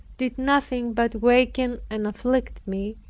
did nothing but weaken and afflict me,